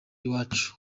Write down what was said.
iwacu